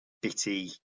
bitty